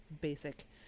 basic